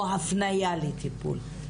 או הפנייה לטיפול,